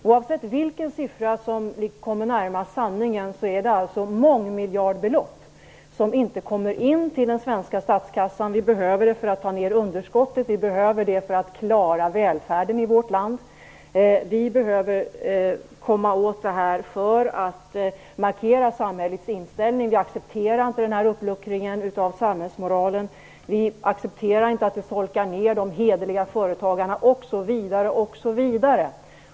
Oavsett vilken siffra som kommer närmast sanningen är det mångmiljardbelopp som inte kommer in till den svenska statskassan. Vi behöver dessa pengar för att få ned underskottet och för att klara välfärden i vårt land. Vi behöver komma åt detta för att markera samhällets inställning: Vi accepterar inte denna uppluckring av samhällsmoralen eller att de hederliga företagarna solkas ned osv.